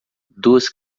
duas